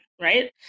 right